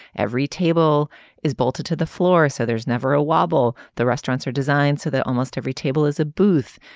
every table is bolted to the floor so there's never a wobble. the restaurants are designed so that almost every table is a booth.